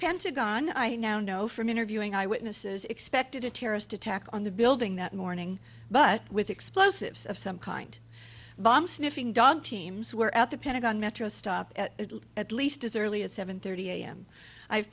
pentagon i now know from interviewing eyewitnesses expected a terrorist attack on the building that morning but with explosives of some kind of bomb sniffing dog teams were at the pentagon metro stop at least as early as seven thirty a